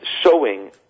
showing